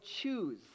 choose